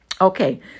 Okay